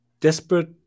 desperate